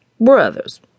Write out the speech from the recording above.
Brothers